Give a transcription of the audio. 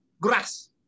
grass